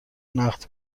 نقد